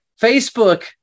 Facebook